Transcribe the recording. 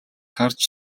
харж